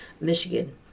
Michigan